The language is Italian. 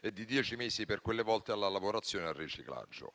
e di dieci mesi per quelle volte alla lavorazione e al riciclaggio.